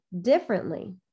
differently